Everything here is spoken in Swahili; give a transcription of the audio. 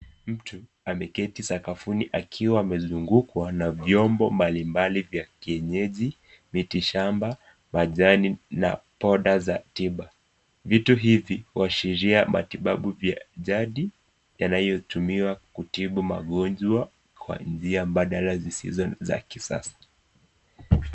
Mtu ameketi sakafuni akiwa amezungukwa na vyombo mbalimbali vya kienyeji, miti shamba, majani na poda za tiba. Vitu hivi huashiria matibabu vya jadi yanayotumiwa kutibu magonjwa kwa njia mbadala zisizo za kisasa.